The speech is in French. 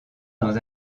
dans